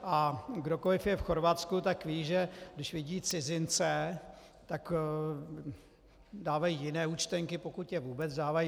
A kdokoli je v Chorvatsku, tak ví, že když vidí cizince, tak dávají jiné účtenky, pokud je vůbec dávají.